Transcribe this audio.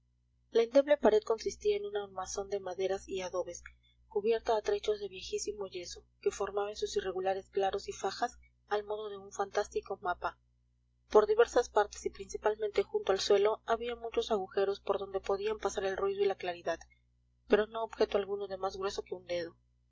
la endeble pared consistía en un armazón de maderas y adobes cubierta a trechos de viejísimo yeso que formaba en sus irregulares claros y fajas al modo de un fantástico mapa por diversas partes y principalmente junto al suelo había muchos agujeros por donde podían pasar el ruido y la claridad pero no objeto alguno de más grueso que un dedo